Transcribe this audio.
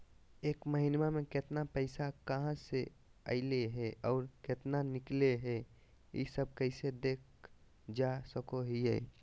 एक महीना में केतना पैसा कहा से अयले है और केतना निकले हैं, ई सब कैसे देख जान सको हियय?